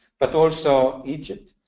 but also egypt,